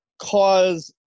cause